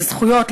לזכויות,